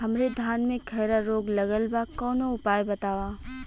हमरे धान में खैरा रोग लगल बा कवनो उपाय बतावा?